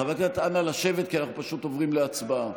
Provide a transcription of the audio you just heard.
חבר הכנסת, נא לשבת, כי אנחנו פשוט עוברים להצבעה.